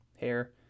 hair